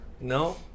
no